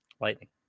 lightning